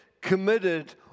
committed